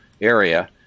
area